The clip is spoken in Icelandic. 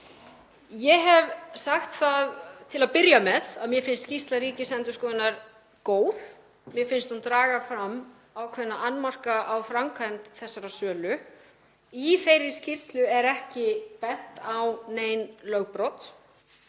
Ég hef sagt það, til að byrja með, að mér finnst skýrsla Ríkisendurskoðunar góð. Mér finnst hún draga fram ákveðna annmarka á framkvæmd þessarar sölu. Í þeirri skýrslu er ekki bent á nein lögbrot.